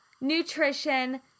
nutrition